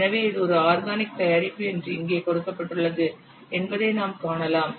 எனவே இது ஒரு ஆர்கானிக் தயாரிப்பு என்று இங்கே கொடுக்கப்பட்டுள்ளது என்பதை நாம் காணலாம்